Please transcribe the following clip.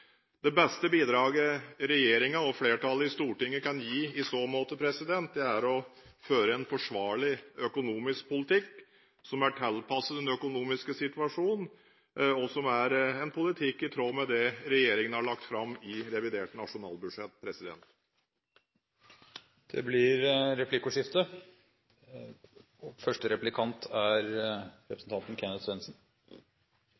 Det beste bidraget regjeringen og flertallet i Stortinget kan gi i så måte, er å føre en forsvarlig økonomisk politikk som er tilpasset den økonomiske situasjonen, og som er en politikk i tråd med det regjeringen har lagt fram i revidert nasjonalbudsjett. Det blir replikkordskifte. Flere av talerne, bl.a. saksordføreren fra Arbeiderpartiet, Høyres Gunnar Gundersen, Lundteigen og